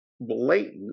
blatant